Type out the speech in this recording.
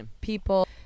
people